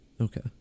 okay